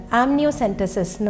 amniocentesis